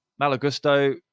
Malagusto